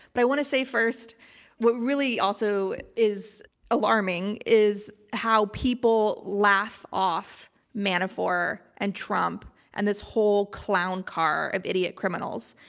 but i want to say first what really also is alarming is how people laugh off manafort and trump and this whole clown car of idiot criminals.